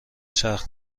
چرخ